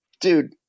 dude